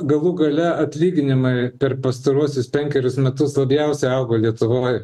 galų gale atlyginimai per pastaruosius penkerius metus labiausia augo lietuvoj